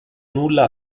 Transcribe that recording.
nulla